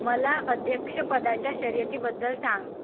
मला अध्यक्षपदाच्या शर्यतीबद्दल सांग